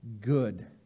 good